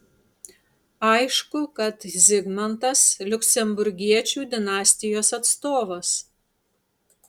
aišku kad zigmantas liuksemburgiečių dinastijos atstovas